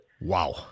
Wow